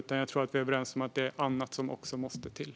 Jag tror att vi är överens om att även annat måste till.